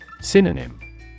Synonym